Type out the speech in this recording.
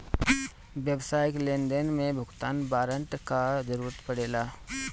व्यावसायिक लेनदेन में भुगतान वारंट कअ जरुरत पड़ेला